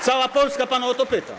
Cała Polska pana o to pyta.